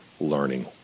learning